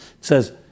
says